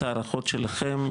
יש אותם פה.